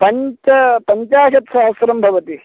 पञ्च पञ्चाशत्सहस्रं भवति